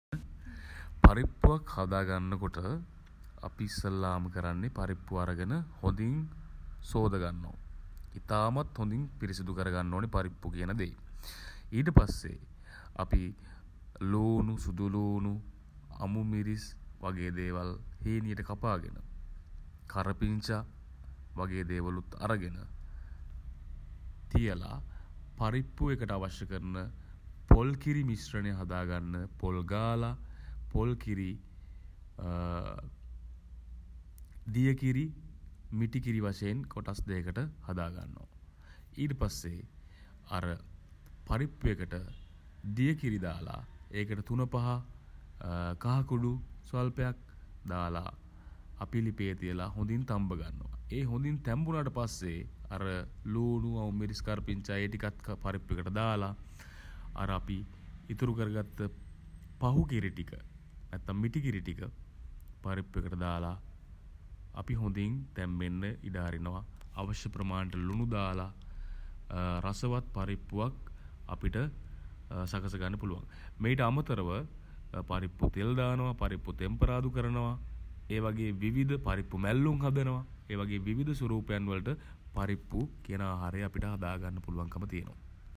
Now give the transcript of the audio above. පරිප්පුවක් හදාගන්න කොට අපි ඉස්සෙල්ලාම කරන්නේ පරිප්පු අරගෙන හොඳින් සෝද ගන්නවා. ඉතාමත් හොඳින් පිරිසිදු කරගන්න ඕන පරිප්පු කියන දේ. ඊට පස්සේ අපි ළූණු සුදුළූණු අමු මිරිස් වගේ දේවල් හීනියට කපා ගෙන කරපිංචා වගේ දේවලුත් අරගෙන තියල පරිප්පු එකට අවශ්‍ය කරන පොල් කිරි මිශ්‍රණය හදා ගන්න පොල් ගාලා පොල් කිරි දිය කිරි මිටි කිරි වශයෙන් කොටස් දෙහකට හදා ගන්නවා. ඊට පස්සේ අර පරිප්පු එකට දිය කිරි දාලා ඒකට තුනපහ කහ කුඩු ස්වල්පයක් දාලා අපි ලිපේ තියලා හොඳින් තම්බ ගන්නවා. ඒ හොඳින් තැම්බුනාට පස්සේ අර ළූණු අමු මිරිස් කරපිංචා ඒ ටිකත් පරිප්පු එකට දාලා අර අපි ඉතුරු කරගත්ත පහු කිරි ටික නැත්තම් මිටි කිරි ටික පරිප්පු එකට දාලා අපි හොඳින් තැම්බෙන්න ඉඩ අරිනවා. අවශ්‍ය ප්‍රමාණයට ලුණු දාලා රසවත් පරිප්පුවක් අපිට සකසගන්න පුළුවන්. මීට අමතරව පරිප්පු තෙල් දානවා. පරිප්පු තෙම්පරාදු කරනවා. ඒ වගේ විවිධ පරිප්පු මැල්ලුම් හදනවා. ඒ වගේ විවිධ ස්වරූපයන් වලට පරිප්පු කියන ආහාරය අපිට හදාගන්න පුළුවන්කම තියෙනවා.